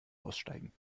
aussteigen